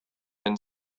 and